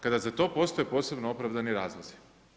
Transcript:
Kada za to postoje posebno opravdani razlozi.